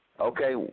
Okay